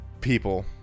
people